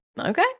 okay